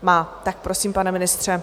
Má, tak prosím, pane ministře.